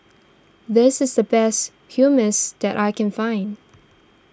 this is the best Hummus that I can find